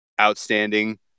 outstanding